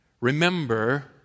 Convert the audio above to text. Remember